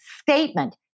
statement